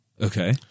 okay